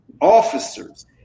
officers